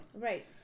Right